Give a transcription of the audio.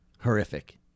Horrific